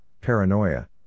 paranoia